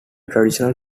traditional